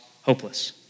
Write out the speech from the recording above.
hopeless